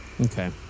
Okay